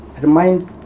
remind